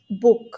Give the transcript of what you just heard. book